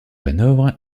hanovre